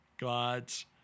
God's